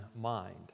mind